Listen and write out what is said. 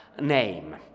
name